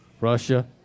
Russia